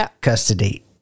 custody